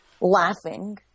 laughing